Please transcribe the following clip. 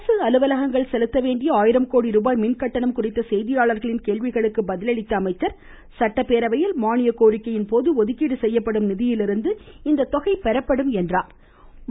அரசு அலுவலகங்கள் செலுத்த வேண்டிய ஆயிரம் கோடிருபாய் மின்கட்டணம் குறித்த செய்தியாளர்களின் கேள்விகளுக்கு பதிலளித்த அவர் சட்டப்பேரவையில் மானியக் கோரிக்கையின் போது ஒதுக்கீடு செய்யப்படும் நிதியிலிருந்து இந்த தொகை பெறப்படும் என்றார்